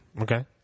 okay